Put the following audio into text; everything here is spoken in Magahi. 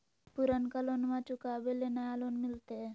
पुर्नका लोनमा चुकाबे ले नया लोन मिलते?